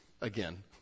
again